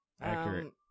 Accurate